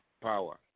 power